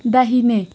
दाहिने